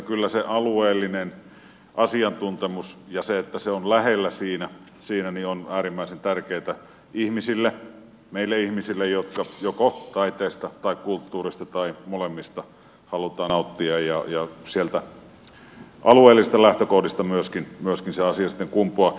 kyllä se alueellinen asiantuntemus ja se että se on lähellä siinä on äärimmäisen tärkeätä meille ihmisille jotka joko taiteesta tai kulttuurista tai molemmista haluamme nauttia ja sieltä alueellisista lähtökohdista myöskin se asia sitten kumpuaa